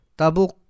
tabuk